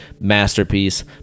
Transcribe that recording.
masterpiece